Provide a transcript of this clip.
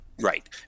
Right